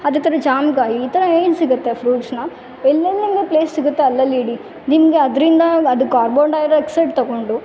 ಅದೇ ಥರ ಜಾಮ್ಗಾಯಿ ಈ ಥರ ಏನು ಸಿಗುತ್ತೆ ಫ್ರೂಟ್ಸ್ನ ಎಲ್ಲೆಲ್ಲಿಂದ ಪ್ಲೇಸ್ ಸಿಗುತ್ತೆ ಅಲ್ಲಲ್ಲಿಡಿ ನಿಮಗೆ ಅದರಿಂದ ಅದು ಕಾರ್ಬೋನ್ ಡೈರಾಕ್ಸೈಡ್ ತಗೊಂಡು